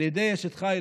על ידי אשת חיל,